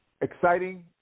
Exciting